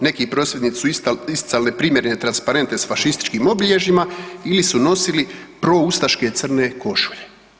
Neki prosvjednici su isticali neprimjerene transparente sa fašističkim obilježjima ili su nosili proustaške crne košulje.